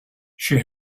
she